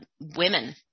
women